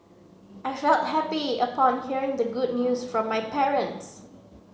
I felt happy upon hearing the good news from my parents